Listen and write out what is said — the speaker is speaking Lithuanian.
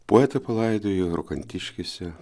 poetą palaidojo rokantiškėse